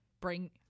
Bring